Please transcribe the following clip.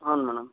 ಹೌದ್ ಮೇಡಮ್